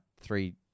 three